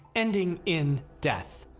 ending in death.